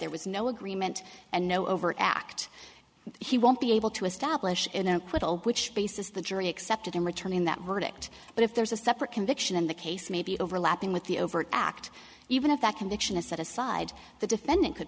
there was no agreement and no overt act he won't be able to establish which basis the jury accepted him returning that verdict but if there's a separate conviction in the case maybe overlapping with the overt act even if that conviction is set aside the defendant could